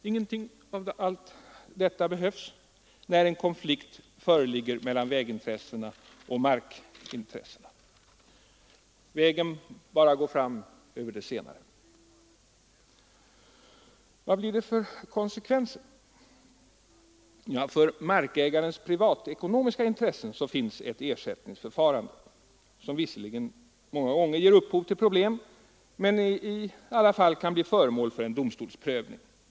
Ingenting av allt detta behövs när en konflikt föreligger mellan vägintressena och markintressena — vägen bara går fram över de senare. Vad blir det för konsekvenser? Ja, för markägarens privatekonomiska intressen finns det ersättningsförfarande, som visserligen många gånger ger upphov till problem men som i alla fall kan bli föremål för en domstolsprövning.